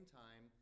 time